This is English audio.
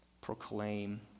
proclaim